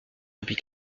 depuis